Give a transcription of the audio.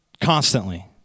constantly